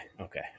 okay